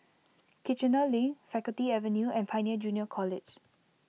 Kiichener Link Faculty Avenue and Pioneer Junior College